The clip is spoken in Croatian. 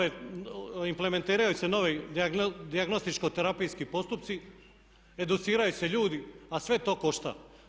Implementiraju se novi dijagnostičko-terapijski postupci, educiraju se ljudi a sve to košta.